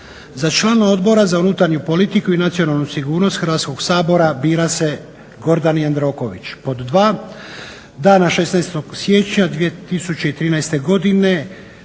za član Odbora za unutarnju politiku i nacionalnu sigurnost Hrvatskog sabora bira se Gordan Jandroković. Pod dva, dana 16.siječnja 2013.godine